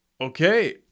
Okay